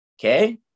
Okay